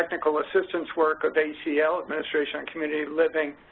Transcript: technical assistance work of acl, administration and community living,